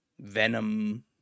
Venom